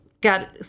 got